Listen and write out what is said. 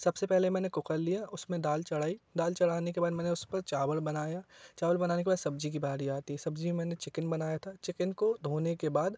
सबसे पहले मैंने कुकर लिया उसमें दाल चढ़ाई दाल चढ़ाने के बाद मैंने उसपर चावल बनाया चावल बनाने के बाद सब्जी कि बारी आती सब्जी में मैंने चिकेन बनाया था चिकेन को धोने के बाद